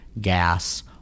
gas